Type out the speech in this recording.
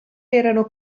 erano